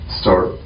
start